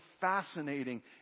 fascinating